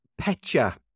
Petcha